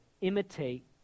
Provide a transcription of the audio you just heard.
imitate